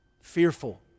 fearful